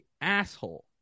asshole